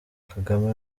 kagame